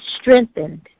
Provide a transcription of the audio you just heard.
strengthened